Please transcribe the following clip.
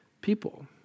people